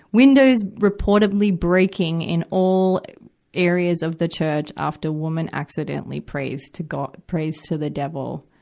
windows reportedly breaking in all areas of the church after woman accidentally prays to god, prays to the devil,